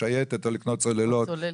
היום הוא הוראת שעה שמסתיימת בסוף החודש.